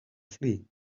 flee